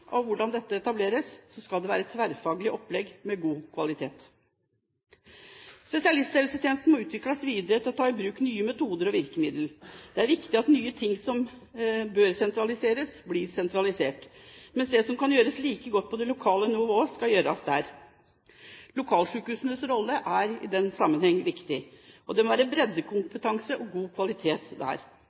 av hvordan dette etableres, skal det være et tverrfaglig opplegg med god kvalitet. Spesialisthelsetjenesten må utvikles videre og ta i bruk nye metoder og virkemidler. Det er viktig at nye ting som bør sentraliseres, blir sentralisert, mens det som kan gjøres like godt på det lokale nivået, skal gjøres der. Lokalsykehusenes rolle er i den sammenheng viktig, og det må være breddekompetanse og god kvalitet der.